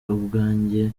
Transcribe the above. ubwanjye